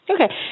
Okay